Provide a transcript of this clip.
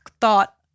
thought